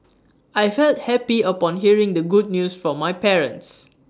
I felt happy upon hearing the good news from my parents